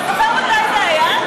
אתה זוכר מתי זה היה?